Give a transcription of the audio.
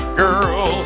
girl